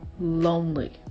lonely